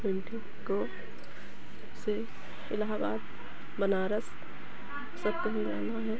painting को से इलाहाबाद बनारस सब कहीं जाना है